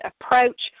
approach